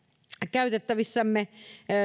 käytettävissämme